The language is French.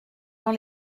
dans